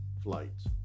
flights